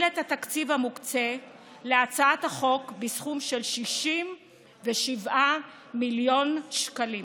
את התקציב המוקצה להצעת החוק בסכום של 67 מיליון שקלים,